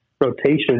rotation